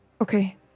Okay